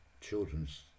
Children's